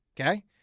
Okay